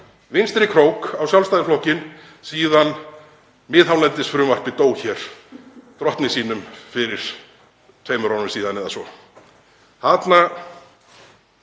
vinstri krók á Sjálfstæðisflokkinn síðan miðhálendisfrumvarpið dó drottni sínum fyrir tveimur árum síðan eða svo.